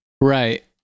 Right